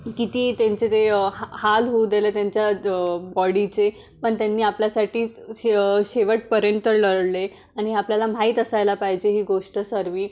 किती त्यांचे ते हा हाल होऊ दिले त्यांच्या ज बॉडीचे पण त्यांनी आपल्यासाठी शे शेवटपर्यंत लढले आणि आपल्याला माहीत असायला पाहिजे ही गोष्ट सर्व